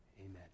Amen